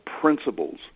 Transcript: principles